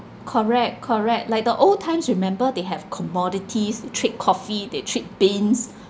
correct correct like the old times remember they have commodities they trade coffee they trade beans